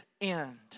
end